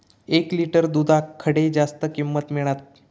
एक लिटर दूधाक खडे जास्त किंमत मिळात?